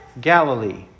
Galilee